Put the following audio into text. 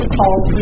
calls